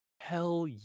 Hell